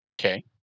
Okay